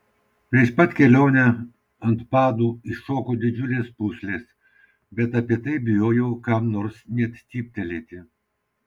prieš pat kelionę ant padų iššoko didžiulės pūslės bet apie tai bijojau kam nors net cyptelti